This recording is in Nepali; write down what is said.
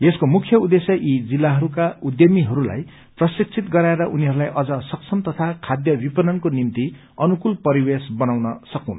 यसको मुख्य उद्देश्य यी जिल्लाहरूका उद्यमीहरूलाई प्रशिक्षित गराएर उनीहरूलाई अझ सक्षम तथा खाद्य विपणनको निम्ति अनुकूल परिवेश बनाउन सकून्